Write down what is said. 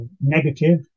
negative